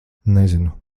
nezinu